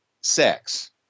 sex